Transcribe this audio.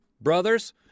brothers